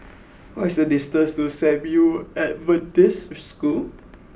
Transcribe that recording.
what is the distance to San Yu Adventist School